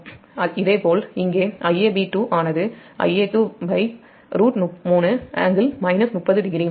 இதேபோல் இங்கே Iab2 ஆனது Ia2√3∟ 300